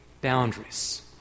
boundaries